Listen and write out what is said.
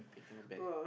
I cannot bend